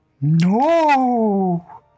no